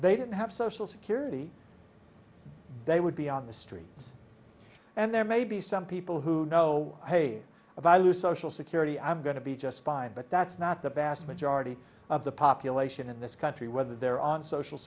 they don't have social security they would be on the streets and there may be some people who know hey if i lose social security i'm going to be just fine but that's not the bass majority of the population in this country whether they're on social